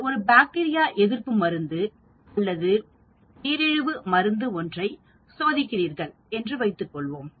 நீங்கள் ஒரு பாக்டீரியா எதிர்ப்பு மருந்து அல்லது நீரிழிவு மருந்து ஒன்றை சோதிக்கிறார்கள் என்று வைத்துத்க் கொள்வோம்